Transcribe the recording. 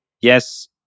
yes